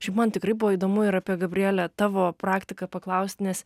šiaip man tikrai buvo įdomu ir apie gabriele tavo praktiką paklausti nes